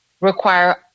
require